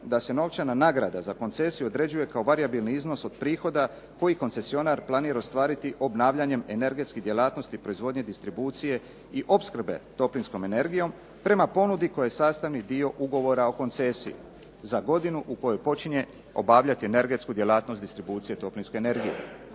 da se novčana nagrada za koncesiju određuje kao varijabilni iznos od prihoda koji koncesionar planira ostvariti obnavljanjem energetskih djelatnosti proizvodnje, distribucije i opskrbe toplinskom energijom prema ponudi koja je sastavni dio ugovora o koncesiji za godinu u kojoj počinje obavljati energetsku djelatnost distribucije toplinske energije.